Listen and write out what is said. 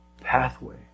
pathway